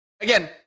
again